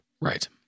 Right